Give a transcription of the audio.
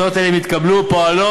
הצעות אלה, אם יתקבלו, פועלות,